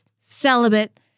celibate